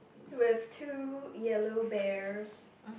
with two yellow bears